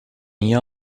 hier